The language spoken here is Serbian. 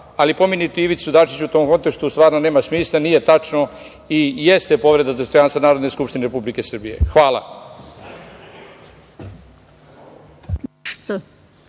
ali pominjati Ivicu Dačića u tom kontekstu stvarno nema smisla. Nije tačno i jeste povreda dostojanstva Narodne skupštine Republike Srbije. Hvala.